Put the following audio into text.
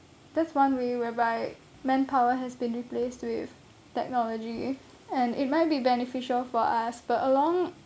that's one way whereby manpower has been replaced with technology and it might be beneficial for us but along